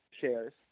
shares